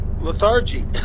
lethargy